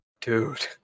dude